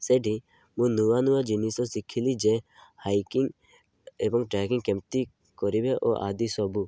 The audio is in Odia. ସେଠି ମୁଁ ନୂଆ ନୂଆ ଜିନିଷ ଶିଖିଲି ଯେ ହାଇକିଂ ଏବଂ ଟ୍ରେକିଂ କେମିତି କରିବେ ଓ ଆଦି ସବୁ